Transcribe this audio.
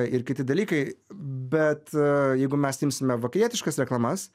ir kiti dalykai bet jeigu mes imsime vakarietiškas reklamas